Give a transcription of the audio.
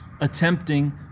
attempting